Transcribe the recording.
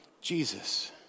Jesus